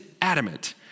adamant